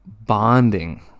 bonding